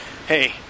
Hey